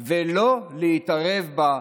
ולא להתערב בה,